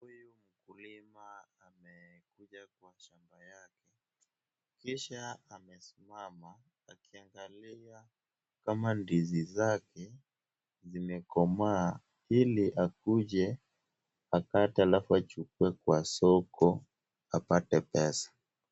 Huyu mkulima amekuja kwa shamba yake, kisha amesimama akiangalia kama ndizi zake zimekomaa, ili akuje akate halafu achukue kwa soko apate pesa.